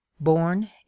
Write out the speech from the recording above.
born